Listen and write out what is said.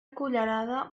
cullerada